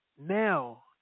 Now